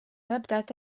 adaptat